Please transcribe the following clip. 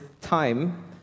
time